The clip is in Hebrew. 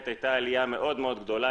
משם הייתה עליה מאוד גדולה.